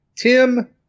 Tim